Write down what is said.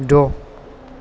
द'